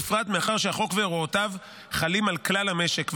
בפרט מאחר שהחוק והוראותיו חלים על כלל המשק,